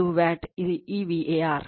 ಇದು ವ್ಯಾಟ್ ಈ var